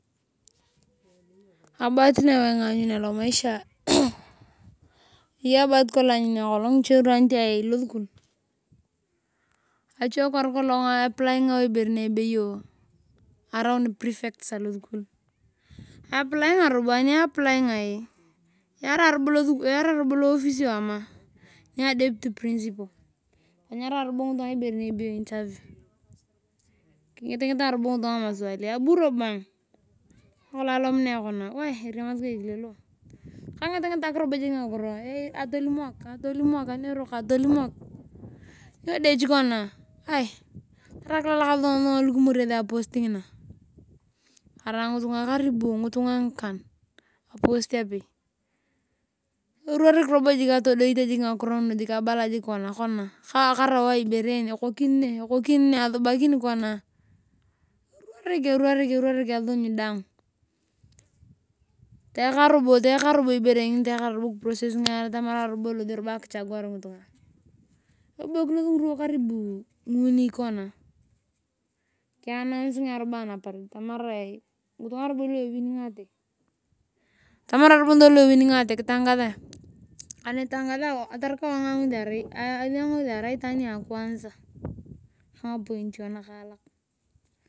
Abahat niewaingaa anyun alomaisha eyoi kdong abahati aanyuni ngiche rwa kolong ayei losukul ache kwar kolong aplingao ibere niebeyo araun prefect aloskul. apluing yeara robo loofisi ama `nia deputy principal. tenyarai robe ngitunga niebeyo interviel kingitae tobo ngitunga ingamaswali aburobo ayongi ani alomoni kona anemuns ke ekile lo kengitngitak ngakiro atolumok. atotemok tarai kilalak suwa lukimonia apos ngina arai ngitunga ngikan apost apei erurorik jik atodate karau ayong ibere een ekoki ne. asubakini kona eruroruk esuny daang teyaka robo ibere ngini niprofesingae elosio robo akichagiuar ngitunga eboikinos ngirwa karbu nguwni kona kianainanga robo anaparede taraarae ngitunga luaweningata kitangasae anitangasao atarukon ayoyngesi arai itaan niakwansa kanga poiritoi nakaalak.